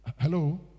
Hello